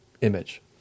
image